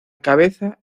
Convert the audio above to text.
cabeza